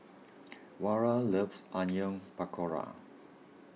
Vara loves Onion Pakora